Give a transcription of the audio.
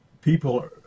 people